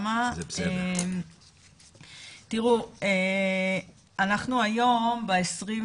למרות שהתחלואה כבר עלתה